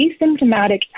asymptomatic